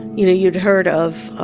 you know you'd heard of